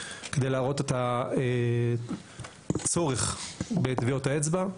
אין טביעות אצבע,